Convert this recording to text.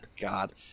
God